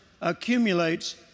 accumulates